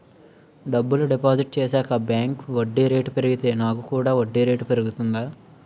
డబ్బులు డిపాజిట్ చేశాక బ్యాంక్ వడ్డీ రేటు పెరిగితే నాకు కూడా వడ్డీ రేటు పెరుగుతుందా?